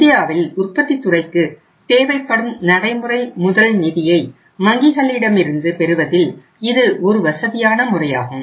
இந்தியாவில் உற்பத்தித் துறைக்கு தேவைப்படும் நடைமுறை முதல் நிதியை வங்கிகளிடமிருந்து பெறுவதில் இது ஒரு வசதியான முறையாகும்